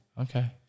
Okay